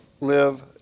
Live